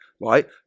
right